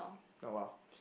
oh !wow!